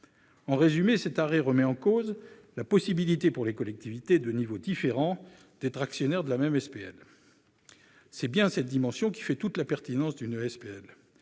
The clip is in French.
En résumé, cet arrêt remet en cause la possibilité pour des collectivités de niveaux différents d'être actionnaires de la même SPL. Pourtant, c'est bien cette dimension qui fait toute la pertinence d'une